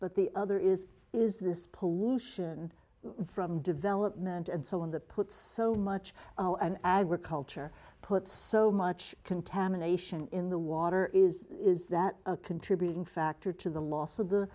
but the other is is this pollution from development and so on the puts so much agriculture put so much contamination in the water is is that a contributing factor to the loss of the